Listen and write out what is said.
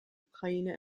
ukraine